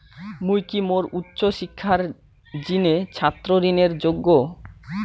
মুই কি মোর উচ্চ শিক্ষার জিনে ছাত্র ঋণের যোগ্য?